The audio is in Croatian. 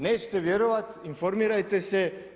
Nećete vjerovati, informirajte se.